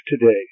today